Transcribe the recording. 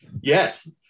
Yes